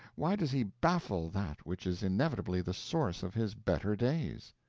why does he baffle that which is inevitably the source of his better days?